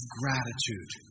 gratitude